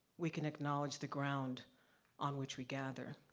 we can acknowledge the ground on which we gather.